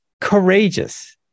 courageous